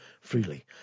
freely